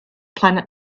planet